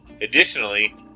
Additionally